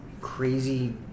crazy